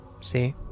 See